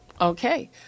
Okay